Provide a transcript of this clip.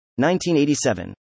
1987